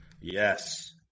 Yes